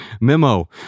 memo